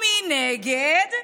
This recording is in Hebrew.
מנגד,